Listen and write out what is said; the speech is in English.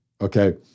okay